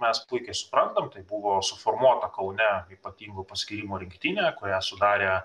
mes puikiai suprantam tai buvo suformuota kaune ypatingo paskyrimo rinktinė kurią sudarė